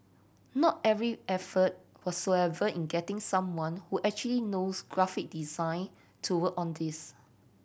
no every effort whatsoever in getting someone who actually knows graphic design to work on this